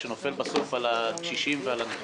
מה שנופל בסוף על הקשישים והנכים.